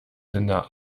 linda